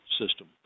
System